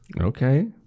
Okay